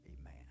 Amen